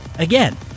Again